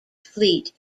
fleet